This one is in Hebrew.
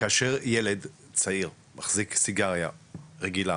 כאשר ילד צעיר מחזיק סיגריה רגילה,